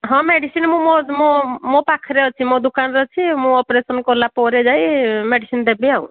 ହଁ ମେଡିସିନ ମୁଁ ମୋ ମୋ ମୋ ପାଖରେ ଅଛି ମୋ ଦୋକାନରେ ଅଛି ମୁଁ ଅପରେସନ୍ କଲା ପରେ ଯାଇ ମେଡିସିନ ଦେବି ଆଉ